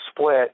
split